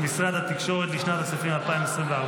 התקשורת, לשנת הכספים 2024,